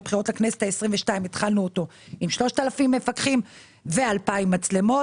בבחירות לכנסת ה-22 התחלנו אותו עם 3,000 מפקחים ו-2,000 מצלמות.